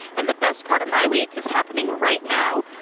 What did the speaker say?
and the best part of my week is happening right now.